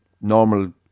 normal